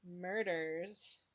murders